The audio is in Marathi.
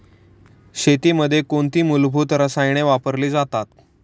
शेतीमध्ये कोणती मूलभूत रसायने वापरली जातात?